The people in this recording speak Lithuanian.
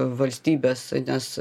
valstybės nes